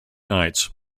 nights